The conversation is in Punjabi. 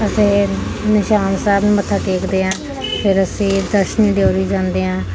ਅਤੇ ਨਿਸ਼ਾਨ ਸਾਹਿਬ ਨੂੰ ਮੱਥਾ ਟੇਕਦੇ ਹਾਂ ਫਿਰ ਅਸੀਂ ਦਰਸ਼ਨ ਦਿਓੜੀ ਜਾਂਦੇ ਹਾਂ